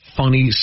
funny